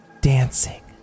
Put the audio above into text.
dancing